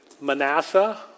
Manasseh